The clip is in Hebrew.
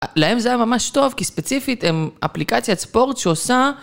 להם זה היה ממש טוב, כי ספציפית הם אפליקציית ספורט שעושה.